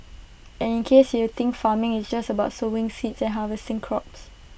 and in case you think farming is just about sowing seeds and harvesting crops